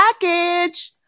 package